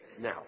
Now